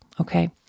okay